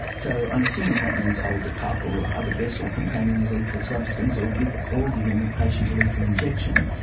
so i'm assuming that means hold the cup or other vessel containing the lethal substance or giving or giving the patient a lethal injection.